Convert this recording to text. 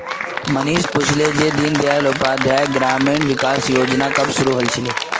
मनीष पूछले जे दीन दयाल उपाध्याय ग्रामीण कौशल योजना कब शुरू हल छिले